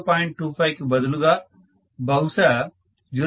25 కి బదులు బహుశా 0